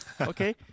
Okay